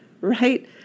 right